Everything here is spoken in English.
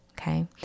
Okay